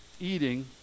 eating